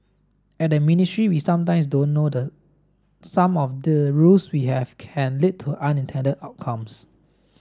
at the ministry we sometimes don't know that some of the rules we have can lead to unintended outcomes